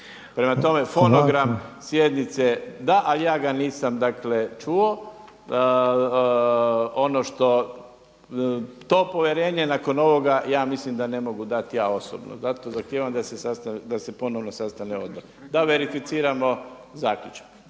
Prema tome fonogram sjednice da, ali ja ga nisam dakle čuo. Ono što, to povjerenje nakon ovoga ja mislim da ne mogu dati ja osobno. Zato zahtijevam da se ponovno sastane odbor da verificiramo zaključak